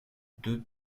deux